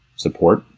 support,